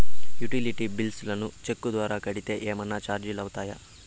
Utility bills ను cheque ద్వారా కట్టితే ఏమన్నా చార్జీలు అవుతాయా?